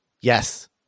Yes